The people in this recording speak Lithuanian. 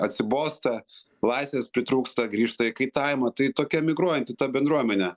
atsibosta laisvės pritrūksta grįžta į kaitavimą tai tokia migruojanti ta bendruomenė